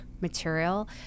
material